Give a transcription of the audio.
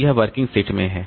तो यह working set में है